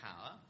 power